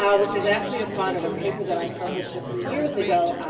um which is actually a part of a paper that i published a few years ago,